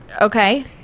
Okay